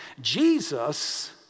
Jesus